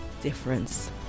difference